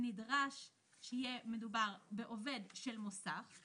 נדרש שיהיה מדובר בעובד של מוסך,